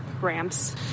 ramps